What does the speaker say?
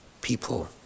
people